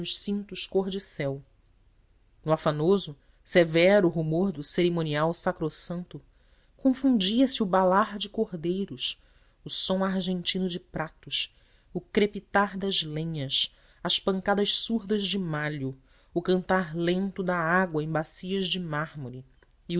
cintos cor de céu no afanoso severo rumor do cerimonial sacrossanto confundia-se o balar de cordeiros o som argentino de pratos o crepitar das lenhas as pancadas surdas de malho o cantar lento da água em bacias de mármore